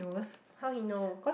how he know